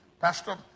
Pastor